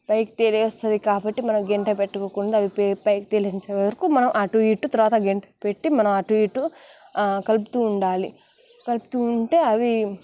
పైకి తేలి వస్తుంది కాబట్టి మనం గరిటె పెట్టకుండా అవి పైకి తేలేంతటి వరకూ మనం అటు ఇటు తరువాత గరిటె పెట్టి మనం అటు ఇటు కలుపుతూ ఉండాలి కలుపుతూ ఉంటే అవి